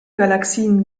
galaxien